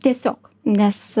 tiesiog nes